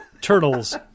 Turtles